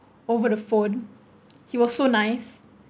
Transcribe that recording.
over the phone he was so nice